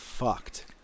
fucked